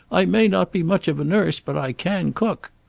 i may not be much of a nurse, but i can cook.